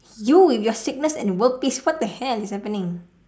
you with your sickness and world peace what the hell is happening